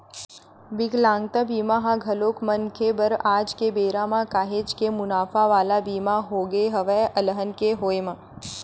बिकलांगता बीमा ह घलोक मनखे बर आज के बेरा म काहेच के मुनाफा वाला बीमा होगे हवय अलहन के होय म